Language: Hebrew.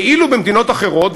ואילו במדינות אחרות,